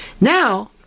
Now